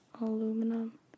aluminum